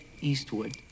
Eastwood